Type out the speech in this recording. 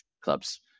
clubs